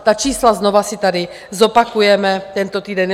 Ta čísla znovu si tady zopakujeme tento týden.